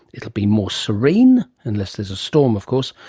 it'll be more serene, unless there's a storm of course,